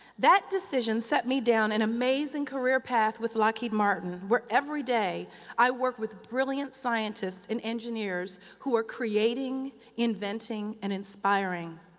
that decision set me down an amazing career path with lockheed martin, where every day i worked with brilliant scientists and engineers, who are creating, inventing and inspiring.